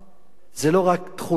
שזו לא רק תכונה יהודית,